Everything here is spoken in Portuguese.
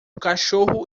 cachorro